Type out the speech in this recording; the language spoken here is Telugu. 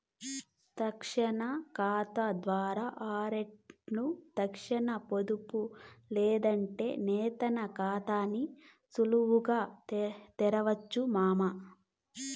తక్షణ కాతా ద్వారా ఆన్లైన్లో తక్షణ పొదుపు లేదంటే వేతన కాతాని సులువుగా తెరవొచ్చు మామా